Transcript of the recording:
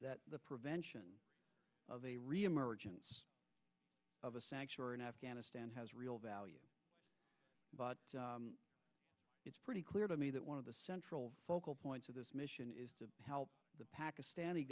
that the prevention of a reemergence in afghanistan has real value but it's pretty clear to me that one of the central focal points of this mission is to help the pakistani